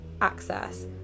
access